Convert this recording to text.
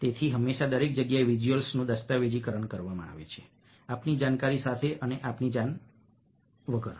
તેથી હંમેશા દરેક જગ્યાએ વિઝ્યુઅલ્સનું દસ્તાવેજીકરણ કરવામાં આવે છે આપણી જાણકારી સાથે અને આપણી જાણ વગર